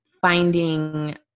finding